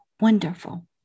wonderful